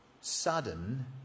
Sudden